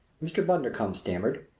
mr. bundercombe stammered.